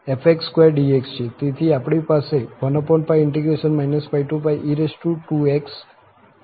તેથી આપણી પાસે 12∫ e2xdx છે